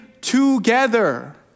together